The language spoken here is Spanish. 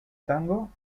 tango